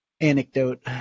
anecdote